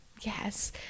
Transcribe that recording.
yes